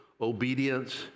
obedience